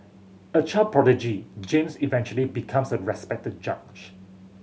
a child prodigy James eventually becomes a respected judge